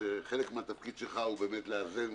שחלק מהתפקיד שלך הוא באמת לאזן,